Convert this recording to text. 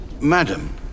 Madam